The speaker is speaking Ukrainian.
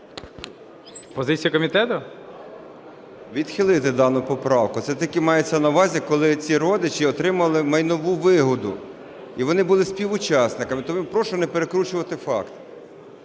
ІВАНЧУК А.В. Відхилити дану поправку. Це тільки мається на увазі, коли ці родичі отримали майнову вигоду і вони були співучасниками. Тому прошу не перекручувати факти.